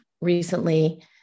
recently